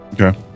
Okay